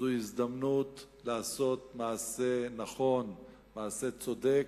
זו הזדמנות לעשות מעשה נכון, מעשה צודק,